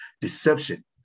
Deception